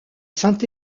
saint